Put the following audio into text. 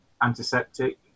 antiseptic